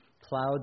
plowed